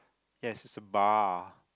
yes it's a bar